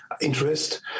interest